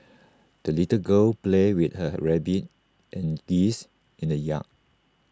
the little girl played with her rabbit and geese in the yard